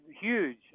huge